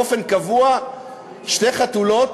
באופן קבוע שני חתולים,